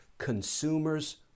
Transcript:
consumers